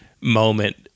moment